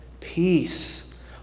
peace